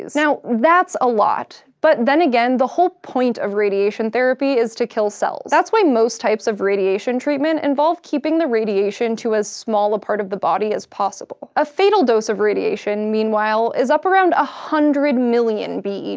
now that's a lot but then again, the whole point of radiation therapy is to kill cells. that's why most types of radiation treatment involve keeping the radiation to as small a part of the body as possible. a fatal dose of radiation, meanwhile, is up around a hundred million beds.